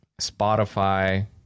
Spotify